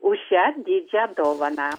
už šią didžią dovaną